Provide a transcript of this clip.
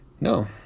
No